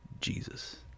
Jesus